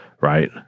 Right